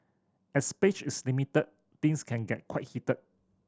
as space is limited things can get quite heated